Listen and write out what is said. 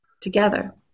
together